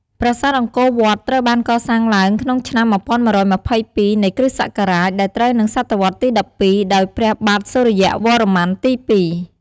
ប្រាសាទអង្គរវត្តត្រូវបានកសាងឡើងក្នុងឆ្នាំ ១១២២ នៃគ. សករាជ ដែលត្រូវនិង ស. វទី១២ ដោយព្រះបាទសូរ្យវរ្ម័នទី ២ ។